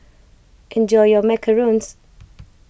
enjoy your Macarons